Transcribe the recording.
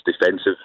defensive